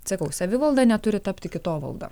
sakau savivalda neturi tapti kitovalda